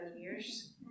years